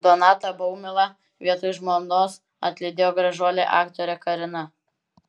donatą baumilą vietoj žmonos atlydėjo gražuolė aktorė karina